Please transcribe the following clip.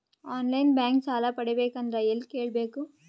On line bank ಸಾಲ ಪಡಿಬೇಕಂದರ ಎಲ್ಲ ಕೇಳಬೇಕು?